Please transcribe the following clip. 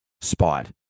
spot